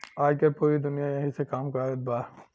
आजकल पूरी दुनिया ऐही से काम कारत बा